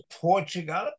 Portugal